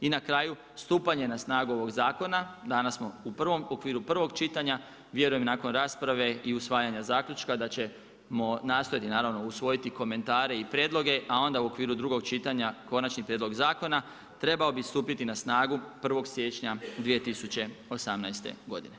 I na kraju stupanje na snagu ovog zakona, danas smo u okviru prvog čitanja, vjerujem i nakon rasprave i usvajanja zaključka da ćemo nastojati naravno usvojiti komentare i prijedloge, a onda u okviru drugog čitanja konačni prijedlog zakona trebao bi stupiti na snagu 1. siječnja 2018. godine.